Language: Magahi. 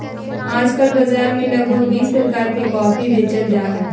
आजकल बाजार में लगभग बीस प्रकार के कॉफी बेचल जाहई